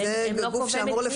כן, אבל הם לא קובעי מדיניות.